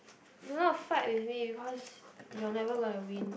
do not fight with me because you are never gonna win